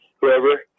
whoever